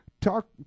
Talk